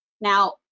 now